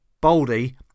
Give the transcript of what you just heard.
Baldy